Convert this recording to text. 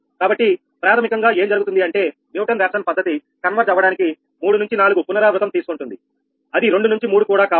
కాబట్టి ప్రాథమికంగా ఏం జరుగుతుంది అంటే న్యూటన్ రాఫ్సన్ పద్ధతి కన్వర్జ్ అవ్వడానికి 3 నుంచి 4 పునరావృతం తీసుకుంటుంది అది రెండు నుంచి మూడు కూడా కావచ్చు